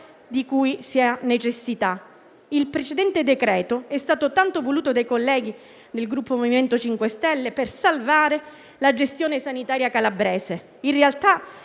di cui si ha necessità. Il precedente decreto è stato tanto voluto dai colleghi del Gruppo MoVimento 5 Stelle per salvare la gestione sanitaria calabrese. In realtà,